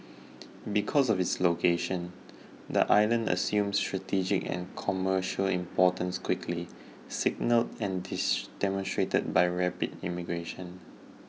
because of its location the island assumed strategic and commercial importance quickly signalled and demonstrated by rapid immigration